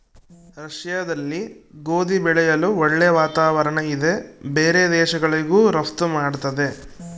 ರಷ್ಯಾದಲ್ಲಿ ಗೋಧಿ ಬೆಳೆಯಲು ಒಳ್ಳೆ ವಾತಾವರಣ ಇದೆ ಬೇರೆ ದೇಶಗಳಿಗೂ ರಫ್ತು ಮಾಡ್ತದೆ